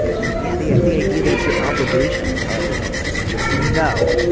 and yeah the yeah the idea that it's your obligation to tell everyone like jesse you know